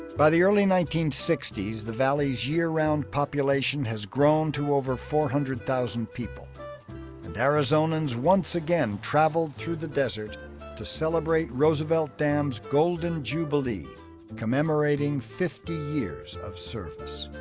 by the early nineteen sixty s the valley's year round population has grown to over four hundred thousand people and arizonans once again travel through the desert to celebrate roosevelt dam's golden jubilee commemorating fifty years of service.